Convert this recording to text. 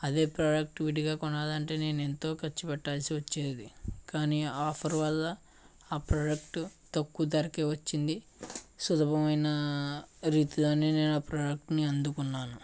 అదే ప్రోడక్ట్ విడిగా కొనాలంటే నేను ఎంతో ఖర్చు పెట్టాల్సి వచ్చేది కానీ ఆఫర్ వల్ల ఆ ప్రోడక్టు తక్కువ దొరికే వచ్చింది సులభమైన రీతిలోనే నేను ఆ ప్రాడక్ట్ని అందుకున్నాను